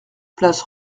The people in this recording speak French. place